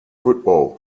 football